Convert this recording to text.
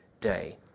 day